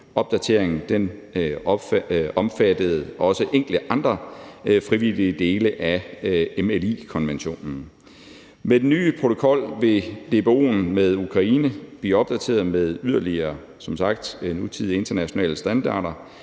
opdateringen omfattede også enkelte andre frivillige dele af MLI-konventionen. Med den nye protokol vil DBO'en med Ukraine som sagt blive opdateret med yderligere nutidige internationale standarder,